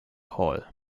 hall